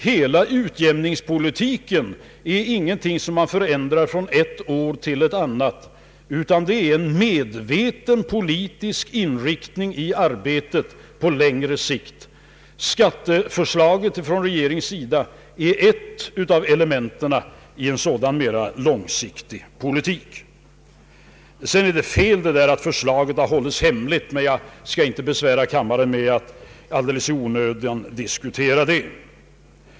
Hela utjämningspolitiken är inte någonting som man förändrar från ett år till ett annat, utan det är en medveten politisk inriktning i arbetet på längre sikt. Regeringens skatteförslag är ett av elementen i en sådan mera långsiktig politik. Påståendet om att skatteförslaget hållits hemligt är fel, men jag skall inte besvära kammaren med att i onödan diskutera det.